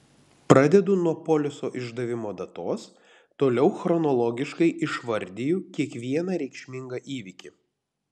pradedu nuo poliso išdavimo datos toliau chronologiškai išvardiju kiekvieną reikšmingą įvykį